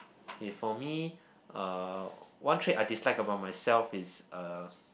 okay for me uh one trait I dislike about myself is uh